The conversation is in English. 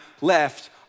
left